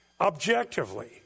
objectively